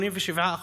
87%,